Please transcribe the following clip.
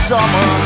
Summer